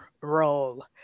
role